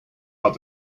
out